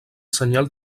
senyal